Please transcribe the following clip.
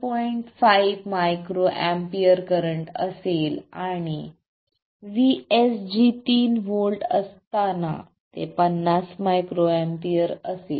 5 µA current असेल आणि VSG 3 व्होल्टवर ते 50 µA असेल